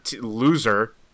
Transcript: loser